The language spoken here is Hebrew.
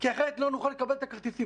כי אחרת לא נוכל לקבל את הכרטיסים.